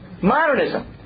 Modernism